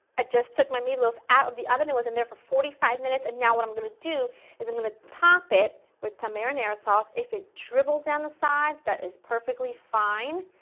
just took my meatloaf out of the oven, it was in there for forty five minutes and now what i'm going to do is i'm going to top it with some marinara sauce, if it dribbles down the sides that is perfectly fine.